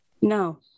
No